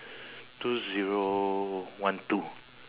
two zero one two